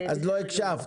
אז לא הקשבת.